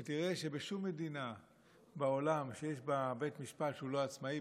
ותראה שבשום מדינה בעולם שיש בה בית משפט שהוא לא עצמאי,